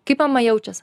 kaip mama jaučias